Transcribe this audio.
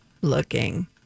looking